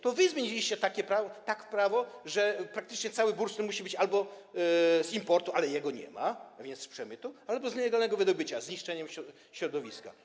To wy zmieniliście tak prawo, że praktycznie cały bursztyn musi być albo z importu, ale jego nie ma, za to jest z przemytu, albo z nielegalnego wydobycia, z niszczeniem środowiska.